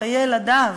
מחיי ילדיו,